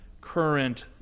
current